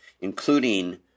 including